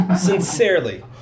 Sincerely